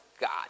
God